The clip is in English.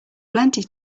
plenty